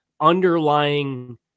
underlying